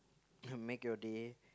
to make your day